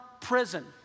prison